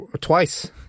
twice